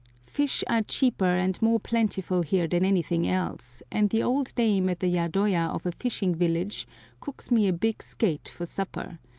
fish are cheaper and more plentiful here than anything else, and the old dame at the yadoya of a fishing village cooks me a big skate for supper,